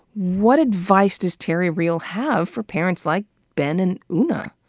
what advice does terry real have for parents like ben and oona?